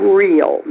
real